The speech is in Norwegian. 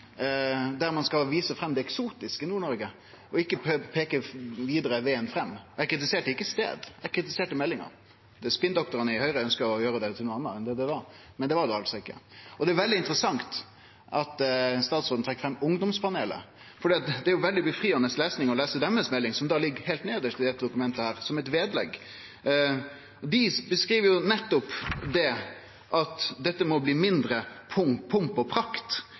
skal vise fram det eksotiske i Nord-Noreg, og ikkje peike på vegen framover. Eg kritiserte ikkje stad – eg kritiserte meldinga. Spinndoktorane i Høgre ønskjer å gjere det til noko anna enn det var, men det var det altså ikkje. Det er veldig interessant at statsråden trekk fram ungdomspanelet, for det er veldig frigjerande å lese meldinga deira, som ligg heilt nedst i dette dokumentet – som eit vedlegg. Ungdomane beskriv nettopp at det må bli mindre pomp og prakt: